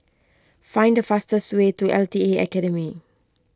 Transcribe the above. find the fastest way to L T A Academy